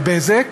של "בזק",